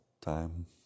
time